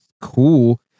cool